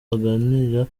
aganira